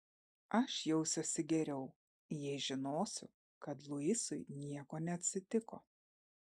aš jausiuosi geriau jei žinosiu kad luisui nieko neatsitiko